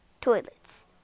toilets